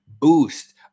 boost